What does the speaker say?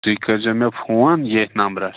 تُہۍ کٔرۍزیو مےٚ فون ییٚتھۍ نمبرَس